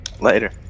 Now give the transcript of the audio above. Later